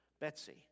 Betsy